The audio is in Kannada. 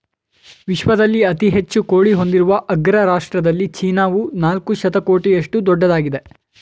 ವಿಶ್ವದಲ್ಲಿ ಅತಿ ಹೆಚ್ಚು ಕೋಳಿ ಹೊಂದಿರುವ ಅಗ್ರ ರಾಷ್ಟ್ರದಲ್ಲಿ ಚೀನಾವು ನಾಲ್ಕು ಶತಕೋಟಿಯಷ್ಟು ದೊಡ್ಡದಾಗಿದೆ